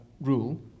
rule